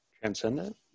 Transcendent